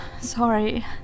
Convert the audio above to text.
Sorry